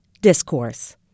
discourse